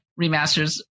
remasters